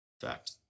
Fact